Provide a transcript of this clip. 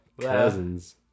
cousins